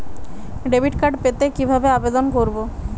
Debit card পেতে কিভাবে আবেদন করব?